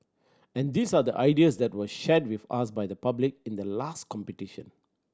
and these are the ideas that were shared with us by the public in the last competition